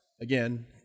Again